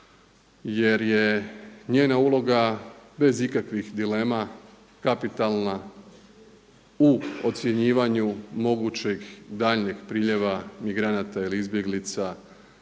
jer je njena uloga bez ikakvih dilema kapitalna u ocjenjivanju mogućeg daljnjeg priljeva migranata ili izbjeglica sa